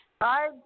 Hi